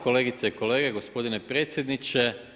Kolegice i kolege, gospodine predsjedniče.